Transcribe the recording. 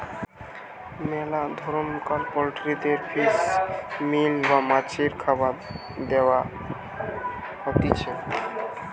মেলা ধরণকার পোল্ট্রিদের ফিশ মিল বা মাছের খাবার দেয়া হতিছে